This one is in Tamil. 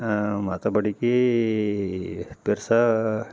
மற்றபடிக்கி பெரிசா